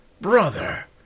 Brother